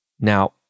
Now